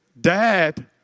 Dad